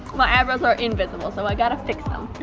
my eyebrows are invisible so i gotta fix them.